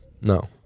no